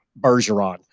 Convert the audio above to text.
Bergeron